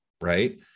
right